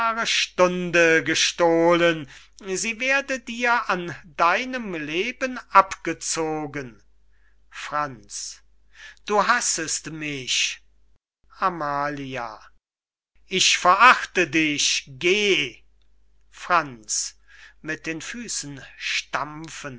stunde gestohlen sie werde dir an deinem leben abgezogen franz du hassest mich amalia ich verachte dich geh franz